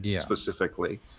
specifically